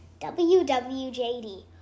WWJD